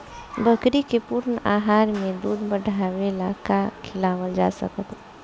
बकरी के पूर्ण आहार में दूध बढ़ावेला का खिआवल जा सकत बा?